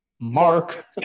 Mark